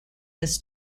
this